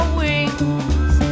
wings